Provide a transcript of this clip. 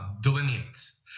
delineates